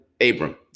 Abram